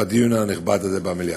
בדיון הנכבד הזה במליאה.